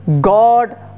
God